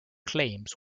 claims